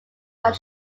are